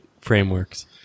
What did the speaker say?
frameworks